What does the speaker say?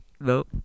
Nope